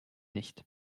nicht